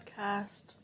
podcast